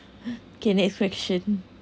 okay next question